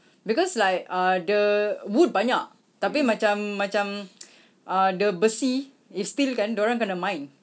because like uh the wood banyak tapi macam macam uh the besi is steel kan dia orang kena mine